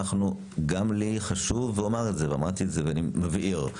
גם לי חשוב ואמרתי את זה ואני מבהיר.